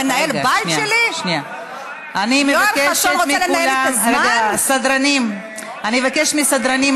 מי שנפגע מזה זה הלקוח, זה הצרכן, זה הציבור.